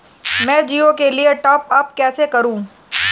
मैं जिओ के लिए टॉप अप कैसे करूँ?